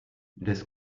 das